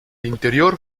interior